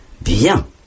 Bien